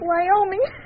Wyoming